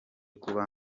kuba